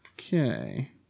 Okay